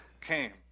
came